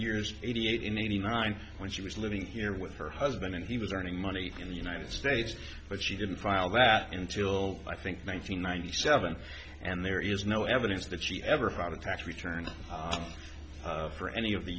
years eighty eight in eighty nine when she was living here with her husband and he was earning money in the united states but she didn't file that until i think one hundred ninety seven and there is no evidence that she ever had a tax return for any of the